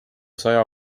saja